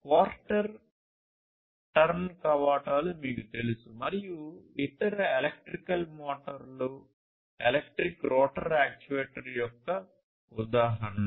quarter turn కవాటాలు మీకు తెలుసు మరియు ఇతర ఎలక్ట్రికల్ మోటార్లు ఎలక్ట్రిక్ రోటర్ యాక్యుయేటర్ యొక్క ఉదాహరణలు